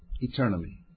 eternally